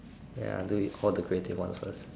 ya I'll do it all the creative ones first